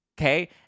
okay